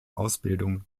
ausbildung